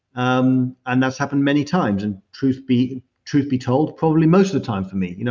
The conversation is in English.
um and that's happened many times. and truth be and truth be told, probably most of the time for me. you know